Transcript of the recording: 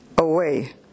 away